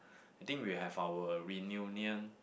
I think we have our reunion